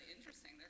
interesting